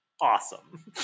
Awesome